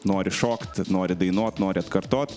nori šokt nori dainuot nori atkartot